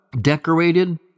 decorated